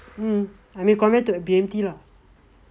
mm I mean compared to B_M_T lah